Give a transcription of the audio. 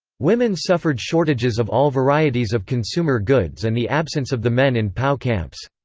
women suffered shortages of all varieties of consumer goods and the absence of the men in pow camps.